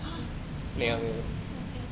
ah damn okay